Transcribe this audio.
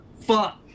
fuck